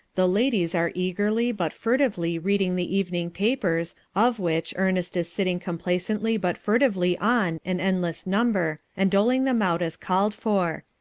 the ladies are eagerly but furtively reading the evening papers, of which ernest is sitting complacently but furtively on an endless number, and doling them out as called for.